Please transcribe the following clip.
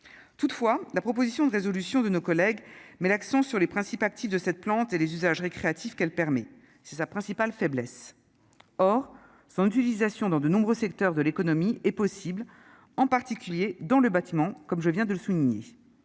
toutefois la proposition de résolution de nos collègues, met l'accent sur les principes actifs de cette plante et les usages récréatifs qu'elle permet, c'est sa principale faiblesse, or son utilisation dans de nombreux secteurs de l'économie est possible, en particulier dans le bâtiment comme je viens de le souligner,